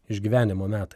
išgyvenimo metai